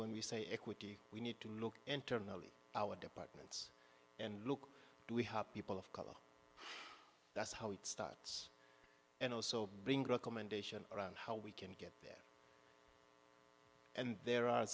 when we say equity we need to look internally our departments and look we have people of color that's how it starts and also being recommendation around how we can get and there are